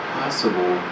possible